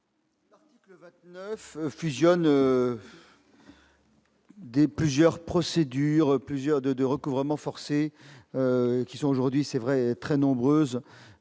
L'article 29 fusionne plusieurs procédures de recouvrement forcé, aujourd'hui très nombreuses,